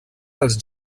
dels